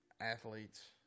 athletes